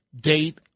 date